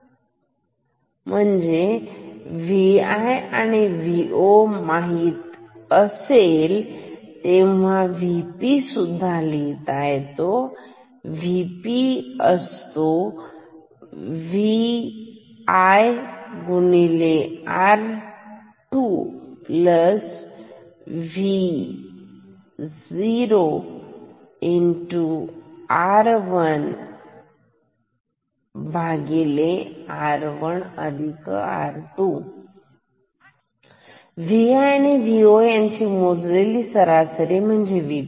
V i आणि V oतुम्हाला माहीतच आहे हे काय आहे मी इथे VP सुद्धा लिहितो Vp Vi R2V0 R1R1R2 V i आणि V o यांची मोजलेली सरासरी म्हणजे VP